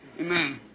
Amen